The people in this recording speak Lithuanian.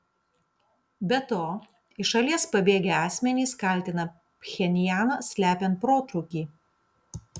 be to iš šalies pabėgę asmenys kaltina pchenjaną slepiant protrūkį